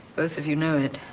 both of you know it.